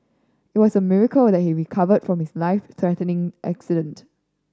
it was miracle that he recovered from his life threatening accident